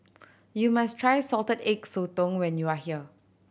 you must try Salted Egg Sotong when you are here